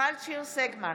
מיכל שיר סגמן,